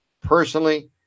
personally